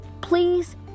please